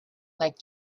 like